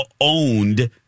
owned